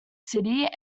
city